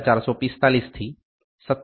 89445 થી 57